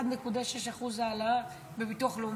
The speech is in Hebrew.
1.6% העלאה בביטוח לאומי.